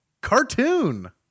cartoon